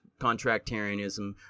contractarianism